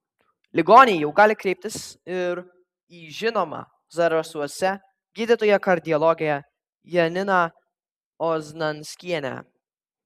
ligoniai jau gali kreiptis ir į žinomą zarasuose gydytoją kardiologę janina oznanskienę